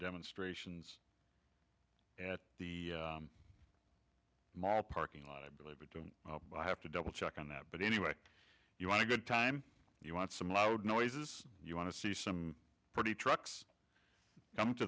demonstrations at the mall parking lot i believe we do have to double check on that but anyway you want a good time you want some loud noises you want to see some pretty trucks come to